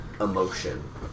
emotion